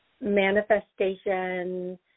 manifestation